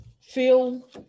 feel